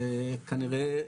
שכנראה,